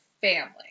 Family